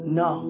no